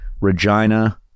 Regina